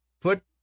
put